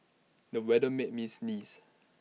the weather made me sneeze